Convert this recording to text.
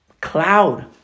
cloud